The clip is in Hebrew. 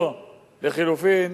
או לחלופין